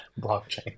blockchain